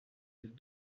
les